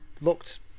looked